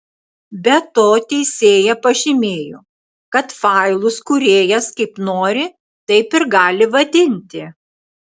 be to teisėja pažymėjo kad failus kūrėjas kaip nori taip ir gali vadinti